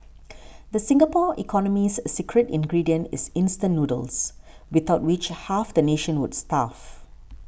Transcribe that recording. the Singapore economy's secret ingredient is instant noodles without which half the nation would starve